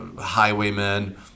highwaymen